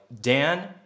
Dan